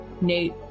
Nate